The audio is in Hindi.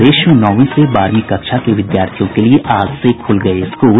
प्रदेश में नौवीं से बारहवीं कक्षा के विद्यार्थियों के लिए आज से खुल गये स्कूल